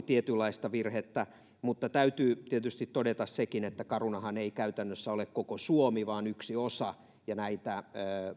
tietynlaista virhettä mutta täytyy tietysti todeta sekin että carunahan ei käytännössä ole koko suomi vaan yksi osa ja näitä